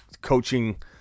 coaching